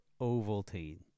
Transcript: Ovaltine